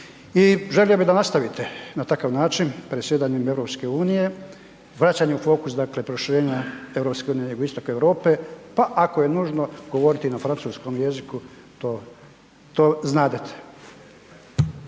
i želio bi da nastavite na takav način predsjedanjem EU, vraćanje u fokus, dakle proširenja EU na jugoistok Europe, pa ako je nužno govoriti na francuskom jeziku, to, to